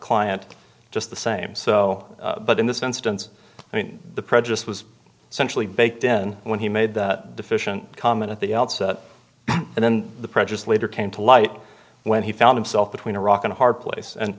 client just the same so but in this instance i mean the prejudice was centrally baked in when he made the deficient comment at the outset and then the prejudice later came to light when he found himself between a rock and a hard place and